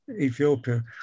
Ethiopia